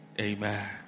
Amen